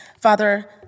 Father